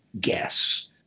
guess